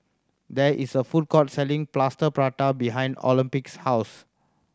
there is a food court selling Plaster Prata behind Olympia's house